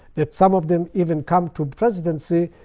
that some of them even come to presidency,